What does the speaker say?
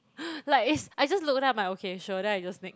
like is I just look then I'm like okay sure then I just make